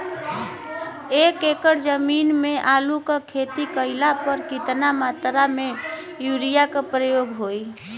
एक एकड़ जमीन में आलू क खेती कइला पर कितना मात्रा में यूरिया क प्रयोग होई?